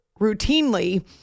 routinely